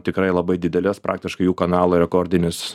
tikrai labai didelės praktiškai jų kanalui rekordinis